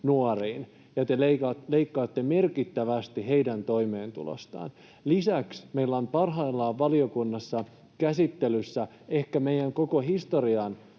Te leikkaatte merkittävästi heidän toimeentulostaan. Lisäksi meillä on parhaillaan valiokunnassa käsittelyssä ehkä meidän koko historian